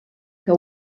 que